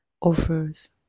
offers